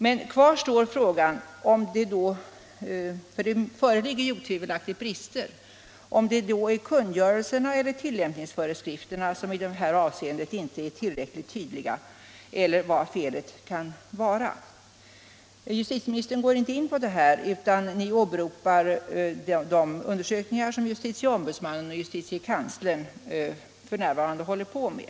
Men kvar står frågan — eftersom det otvivelaktigt föreligger brister —- om det då är kungörelserna eller tillämpningsföreskrifterna som i detta avseende inte är tillräckligt tydliga, eller vad felet kan vara. Justitieministern går inte in på detta utan åberopar de undersökningar som justitieombudsmannen och justitiekanslern f. n. håller på med.